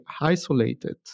isolated